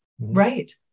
Right